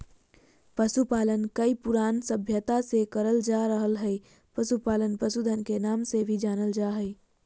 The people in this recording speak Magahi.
पशुपालन कई पुरान सभ्यता से करल जा रहल हई, पशुपालन पशुधन के नाम से भी जानल जा हई